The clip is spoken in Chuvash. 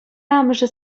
амӑшӗ